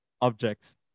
objects